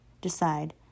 decide